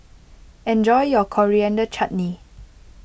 enjoy your Coriander Chutney